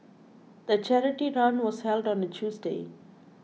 the charity run was held on a Tuesday